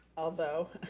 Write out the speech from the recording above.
although,